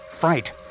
Fright